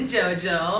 Jojo